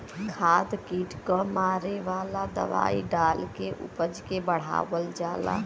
खाद कीट क मारे वाला दवाई डाल के उपज के बढ़ावल जाला